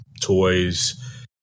toys